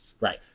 Right